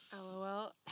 Lol